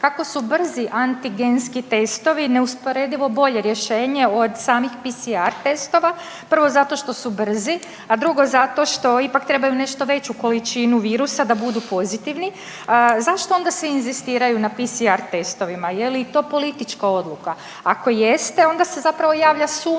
kako su brzi antigenski testovi neusporedivo bolje rješenje od samih PCR testova, prvo zato što su brzi, a drugo zato što ipak trebaju nešto veću količinu virusa da budu pozitivni. Zašto onda svi inzistiraju na PCR testovima, je li to politička odluka, ako jeste onda se zapravo javlja sumnja